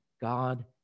God